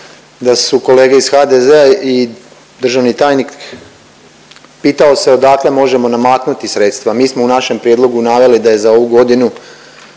da su kolege iz HDZ-a i državni tajnik pitao se odakle možemo namaknuti sredstva. Mi smo u našem prijedlogu naveli da je za ovu godinu